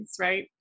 right